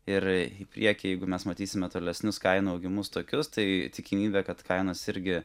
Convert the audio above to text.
ir į priekį jeigu mes matysime tolesnius kainų augimus tokius tai tikimybė kad kainos irgi